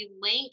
link